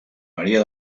maria